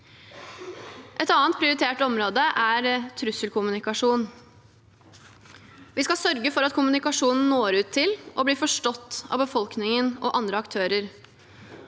Et annet prioritert område er trusselkommunikasjon. Vi skal sørge for at kommunikasjonen når ut til og blir forstått av befolkningen og andre aktører,